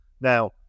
Now